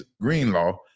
Greenlaw